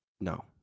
no